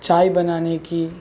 چائے بنانے کی